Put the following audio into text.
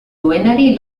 duenari